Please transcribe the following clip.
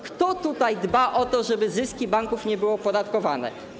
Kto dba o to, żeby zyski banków nie były opodatkowane?